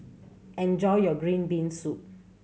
enjoy your green bean soup